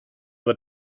the